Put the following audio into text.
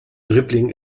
dribbling